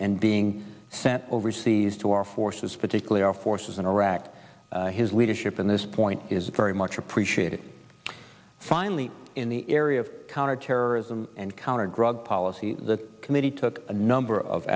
and being sent overseas to our forces particularly our forces in iraq his leadership in this point is very much appreciated finally in the area of counterterrorism and countered drug policy the committee took a number of